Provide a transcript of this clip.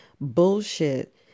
bullshit